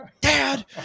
Dad